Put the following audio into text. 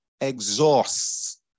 exhausts